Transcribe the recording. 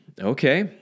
Okay